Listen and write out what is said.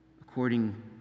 according